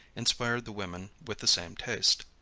inspired the women with the same taste.